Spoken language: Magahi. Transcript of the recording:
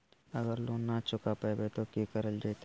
अगर लोन न चुका पैबे तो की करल जयते?